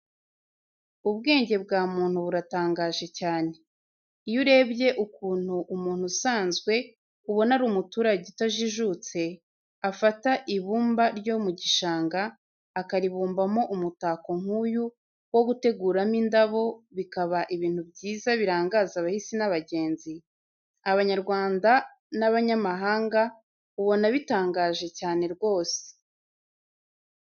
Ubwenge bwa muntu buratangaje cyane. Iyo urebye ukuntu umuntu usanzwe ubona ari umuturage utajijutse, afata ibumba ryo mu gishanga, akaribumbamo umutako nk'uyu wo guteguramo indabo, bikaba ibintu byiza birangaza abahisi n'abagenzi, Abanyarwanda n'abanyamahanga, ubona bitangaje cyane rwose.